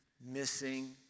missing